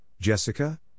Jessica